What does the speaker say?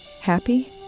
Happy